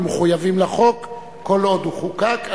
אנחנו מחויבים לחוק כל עוד הוא חוקק.